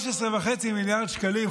ב-13.5 מיליארד שקלים,